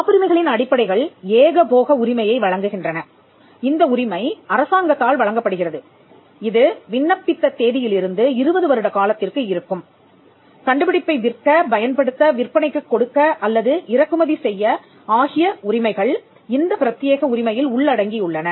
காப்புரிமைகளின் அடிப்படைகள் ஏகபோக உரிமையை வழங்குகின்றன இந்த உரிமை அரசாங்கத்தால் வழங்கப்படுகிறது இது விண்ணபித்த தேதியிலிருந்து 20 வருட காலத்திற்கு இருக்கும் கண்டுபிடிப்பை விற்க பயன்படுத்த விற்பனைக்குக் கொடுக்க அல்லது இறக்குமதி செய்ய ஆகிய உரிமைகள் இந்த பிரத்தியேக உரிமையில் உள்ளடங்கியுள்ளன